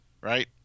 right